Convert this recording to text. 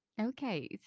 Okay